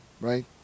right